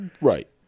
Right